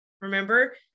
Remember